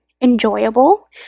enjoyable